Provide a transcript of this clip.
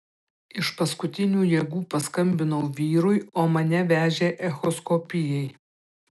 iš paskutinių jėgų paskambinau vyrui o mane vežė echoskopijai